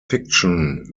fiction